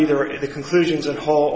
either in the conclusions of whole